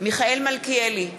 מיכאל מלכיאלי,